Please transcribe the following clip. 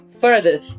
further